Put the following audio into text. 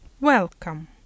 Welcome